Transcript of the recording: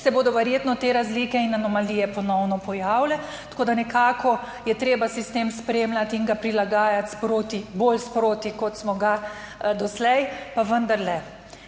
se bodo verjetno te razlike in anomalije ponovno pojavile, tako da nekako je treba sistem spremljati in ga prilagajati sproti, bolj sproti, kot smo ga doslej, pa vendarle.